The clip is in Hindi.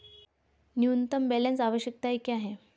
न्यूनतम बैलेंस आवश्यकताएं क्या हैं?